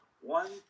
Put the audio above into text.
one